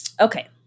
Okay